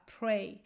pray